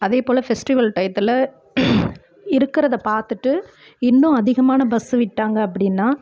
அதேபோல் ஃபெஸ்டிவல் டையத்தில் இருக்கிறத பார்த்துட்டு இன்னும் அதிகமான பஸ்ஸு விட்டாங்க அப்படின்னா